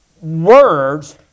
words